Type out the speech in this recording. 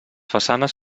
façanes